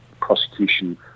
prosecution